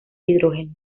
hidrógeno